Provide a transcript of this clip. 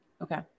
okay